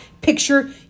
picture